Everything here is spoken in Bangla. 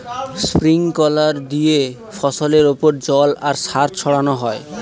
স্প্রিংকলার দিয়ে ফসলের ওপর জল আর সার ছড়ানো হয়